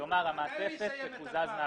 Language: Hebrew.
כלומר, המעטפת תקוזז מהבסיס.